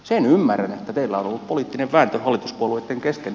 sen ymmärrän että teillä on ollut poliittinen vääntö hallituspuolueitten kesken